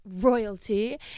royalty